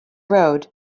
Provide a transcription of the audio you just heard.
road